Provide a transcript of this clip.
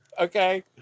Okay